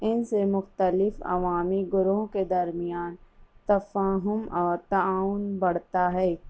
ان سے مختلف عوامی گروہ کے درمیان تساہم اور تعاون بڑھتا ہے